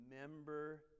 remember